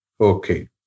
Okay